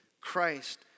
Christ